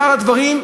שאר הדברים,